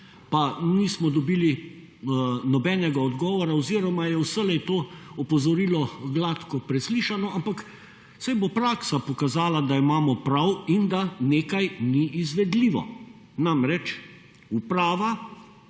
pa nismo dobili nobenega odgovora oziroma je vselej to opozorilo gladko preslišano, ampak saj bo praksa pokazala, da imamo prav in da nekaj ni izvedljivo. Namreč Uprava